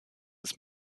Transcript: ist